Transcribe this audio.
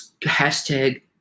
hashtag